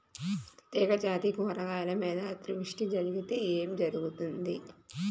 తీగజాతి కూరగాయల మీద అతివృష్టి జరిగితే ఏమి జరుగుతుంది?